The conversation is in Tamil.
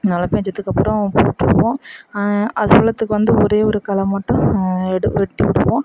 மழை பெஞ்சதுக்கு அப்புறம் போட்டுவிடுவோம் அது சோளத்துக்கு வந்து ஒரே ஒரு களை மட்டும் எடு வெட்டி விடுவோம்